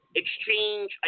exchange